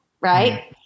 right